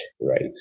right